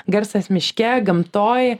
garsas miške gamtoj